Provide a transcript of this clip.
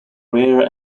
rare